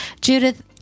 Judith